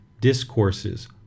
discourses